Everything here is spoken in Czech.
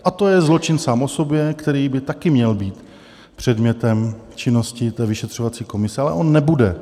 A to je zločin sám o sobě, který by také měl být předmětem činnosti té vyšetřovací komise, ale on nebude.